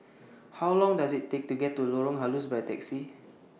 How Long Does IT Take to get to Lorong Halus By Taxi